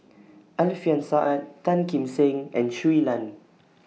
Alfian Sa'at Tan Kim Seng and Shui Lan